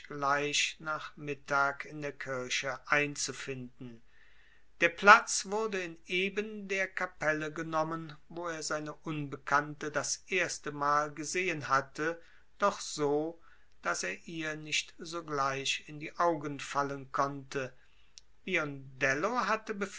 gleich nach mittag in der kirche einzufinden der platz wurde in eben der kapelle genommen wo er seine unbekannte das erste mal gesehen hatte doch so daß er ihr nicht sogleich in die augen fallen konnte biondello hatte